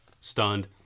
Stunned